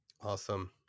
Awesome